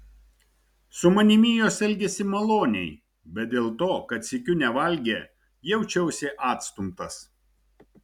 su manimi jos elgėsi maloniai bet dėl to kad sykiu nevalgė jaučiausi atstumtas